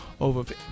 over